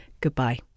Goodbye